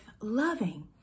loving